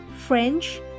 French